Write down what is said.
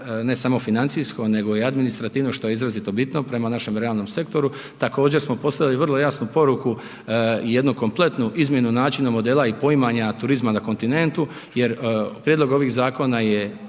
ne samo financijsko nego i administrativno što je izrazito bitno prema našem realnom sektoru. Također smo poslali vrlo jasnu poruku i jednu kompletnu izmjenu načina model i poimanja turizma na kontinentu jer prijedlog ovih zakona je